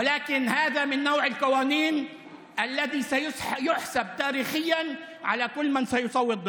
אבל זה מסוג החוקים שייזכרו בהיסטוריה לכל מי שיצביע נגדם.)